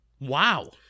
Wow